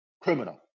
criminal